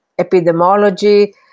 epidemiology